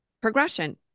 progression